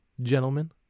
Gentlemen